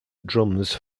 drums